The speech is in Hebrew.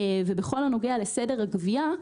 בכל הנוגע לסדר הגבייה,